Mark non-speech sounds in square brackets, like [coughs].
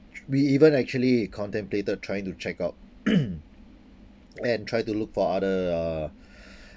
we even actually contemplated trying to checkout [coughs] and try to look for other uh [breath]